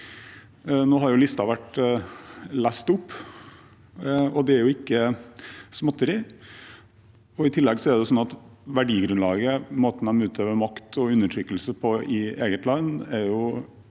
listen blitt lest opp, og det er ikke småtterier. I tillegg er verdigrunnlaget, måten de utøver makt og undertrykkelse på i eget land, store